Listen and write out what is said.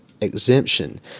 exemption